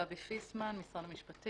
אבל להבנתי הדברים האלה צריכים להיות בפיקוח